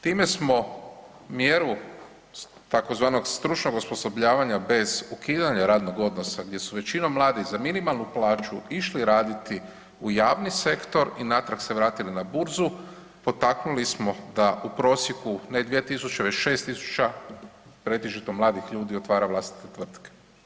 Time smo mjeru tzv. stručnog osposobljavanja bez ukidanja radnog odnosa gdje su većinom mladi za minimalnu plaću išli raditi u javni sektor i natrag se vratili na burzu potaknuli smo da u prosjeku ne 2.000 već 6.000 pretežito mladih ljudi otvara vlastite tvrtke.